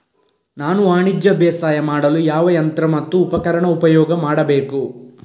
ನಾನು ವಾಣಿಜ್ಯ ಬೇಸಾಯ ಮಾಡಲು ಯಾವ ಯಂತ್ರ ಮತ್ತು ಉಪಕರಣ ಉಪಯೋಗ ಮಾಡಬೇಕು?